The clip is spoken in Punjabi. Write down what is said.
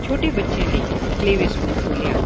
ਛੋਟੇ ਬੱਚਿਆਂ ਲਈ ਪਲੇਵੇ ਸਕੂਲ ਖੋਲਿਆ